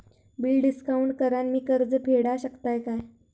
Bill discount करान मी कर्ज फेडा शकताय काय?